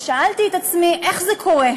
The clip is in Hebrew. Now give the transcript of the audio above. ושאלתי את עצמי איך זה קורה.